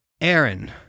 Aaron